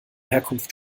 herkunft